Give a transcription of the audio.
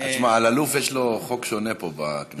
שמע, אלאלוף, יש לו חוק שונה פה בכנסת.